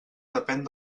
depèn